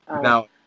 Now